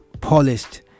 polished